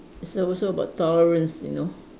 it's also about tolerance you know